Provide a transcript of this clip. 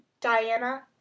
Diana